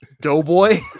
Doughboy